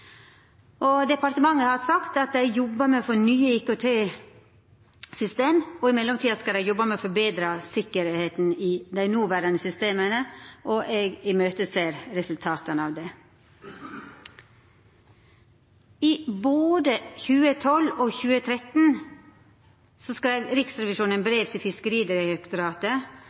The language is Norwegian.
Departementet har sagt at dei jobbar med å få nye IKT-system, og i mellomtida skal dei jobba med å forbetra sikkerheita i dei noverande systema. Eg ser fram til resultata av det. I både 2012 og 2013 skreiv Riksrevisjonen brev til Fiskeridirektoratet